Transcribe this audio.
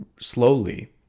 slowly